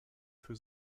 für